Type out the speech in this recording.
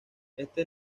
este